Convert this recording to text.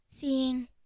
Seeing